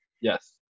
Yes